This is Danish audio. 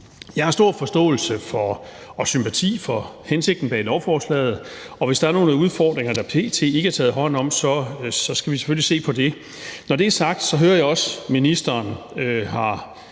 Jeg har stor forståelse og sympati for hensigten bag beslutningsforslaget, og hvis der er nogle udfordringer, der p.t. ikke er blevet taget hånd om, skal vi selvfølgelig se på det. Når det er sagt, hører jeg også, at ministeren har